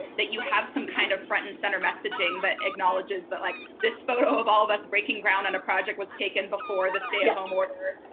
that you have some kind of front and center messaging but acknowledges that but like this photo of all of us breaking ground and a project was taken before the stay at home order.